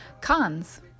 Cons